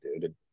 dude